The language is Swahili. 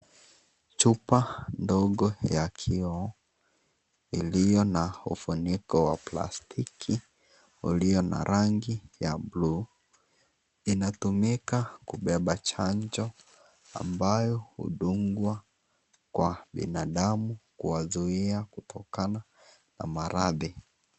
Chupa ndogo ya kioo iliyo na ufuniko wa plastiki ulio na rangi wa blue inatumika kubeba chnajo ambayo hudungwa kwa binadamu kuwazuia kutokana na maradhi.